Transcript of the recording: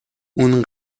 اون